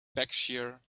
berkshire